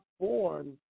born